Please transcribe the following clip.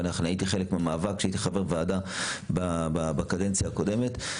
ואני היית חלק מהמאבק כשהייתי חבר ועדה בקדנציה הקודמת.